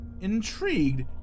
Intrigued